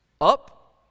Up